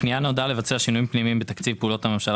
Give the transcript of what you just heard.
הפנייה נועדה לבצע שינויים פנימיים בתקציב פעולות הממשלה